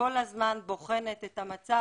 כל הזמן בוחנת את המצב,